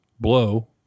blow